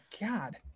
God